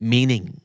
Meaning